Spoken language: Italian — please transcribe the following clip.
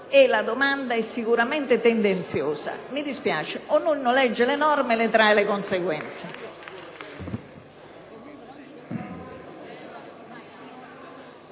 la domanda è sicuramente tendenziosa. Mi dispiace, ognuno legge le norme e ne trae le conseguenze.